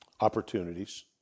Opportunities